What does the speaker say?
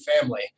family